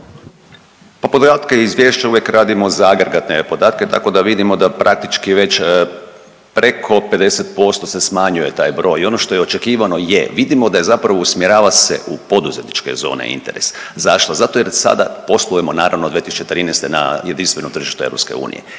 za …/Govornik se ne razumije zbog najave./… podatke tako da vidimo da praktički već preko 50% se smanjuje taj broj. I ono što je očekivano je vidimo da je zapravo usmjerava se u poduzetničke zone interes. Zašto? Zato jer sada poslujemo naravno od 2013. na jedinstvenom tržištu EU